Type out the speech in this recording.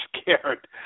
scared